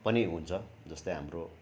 पनि हुन्छ जस्तै हाम्रो